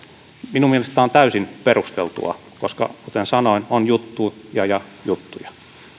minun mielestäni tämä on täysin perusteltua koska kuten sanoin on juttuja ja juttuja